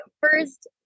first